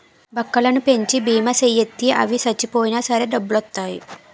బక్కలను పెంచి బీమా సేయిత్తే అవి సచ్చిపోయినా సరే డబ్బులొత్తాయి